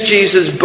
Jesus